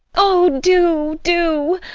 oh, do, do!